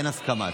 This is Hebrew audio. אין הסכמה.